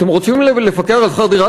אתם רוצים לפקח על שכר דירה,